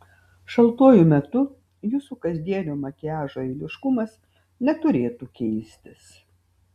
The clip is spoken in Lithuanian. šaltuoju metu jūsų kasdienio makiažo eiliškumas neturėtų keistis